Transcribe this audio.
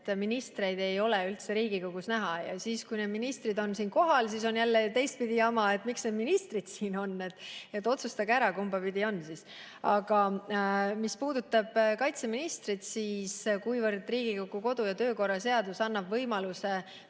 et ministreid ei ole üldse Riigikogus näha, ja siis, kui need ministrid on siin kohal, on jälle teistpidi jama, et miks need ministrid siin on. Nii et otsustage ära, kumbapidi siis. Aga mis puudutab kaitseministrit, siis kuivõrd Riigikogu kodu‑ ja töökorra seadus annab võimaluse